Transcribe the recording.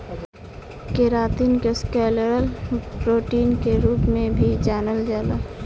keratin के scleral protein के रूप में भी जानल जाला